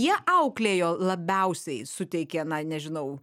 jie auklėjo labiausiai suteikė na nežinau